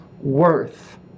worth